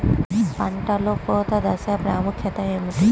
పంటలో కోత దశ ప్రాముఖ్యత ఏమిటి?